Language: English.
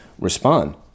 respond